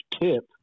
tip